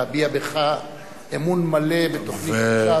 להביע בך אמון מלא בתוכנית,